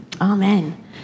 Amen